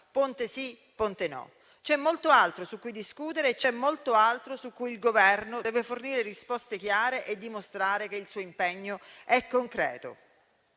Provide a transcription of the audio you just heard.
Ponte no, perché c'è molto altro su cui discutere e su cui il Governo deve fornire risposte chiare e dimostrare che il suo impegno è concreto.